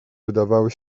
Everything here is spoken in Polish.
wydawały